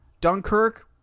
dunkirk